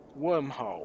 wormhole